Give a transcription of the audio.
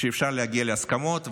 שאפשר להגיע להסכמות,